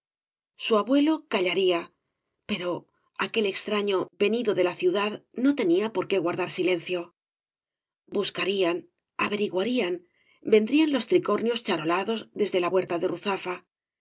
su abuelo callaría pero aquel extraño venido de la ciudad cañas y barro no tenia por qué guardar silencio buscarían averiguarían vendrían los tricornios charolados des de la huerta de ruzafa él no